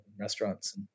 restaurants